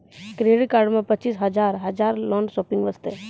Credit card मे पचीस हजार हजार लोन शॉपिंग वस्ते?